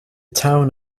town